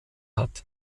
hat